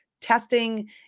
testing